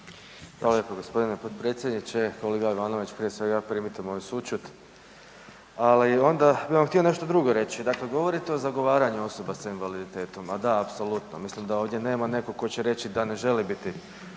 Hvala lijepo g. potpredsjedniče. Kolega Ivanović, prije svega primite moju sućut. Ali onda bi vam htio nešto drugo reći. Dakle, govorite o zagovaranju osoba sa invaliditetom, a da apsolutno. Mislim da ovdje nema neko ko će reći da ne želi biti